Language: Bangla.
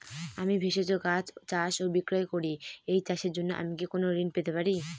আমি ভেষজ গাছ চাষ ও বিক্রয় করি এই চাষের জন্য আমি কি কোন ঋণ পেতে পারি?